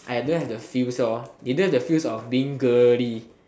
I don't have the feels lor they don't have the feels of being girly